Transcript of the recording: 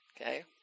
okay